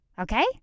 Okay